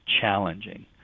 challenging